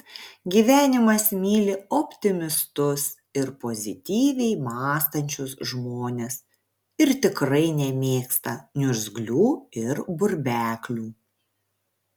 gyvenimas myli optimistus ir pozityviai mąstančius žmones ir tikrai nemėgsta niurgzlių ir burbeklių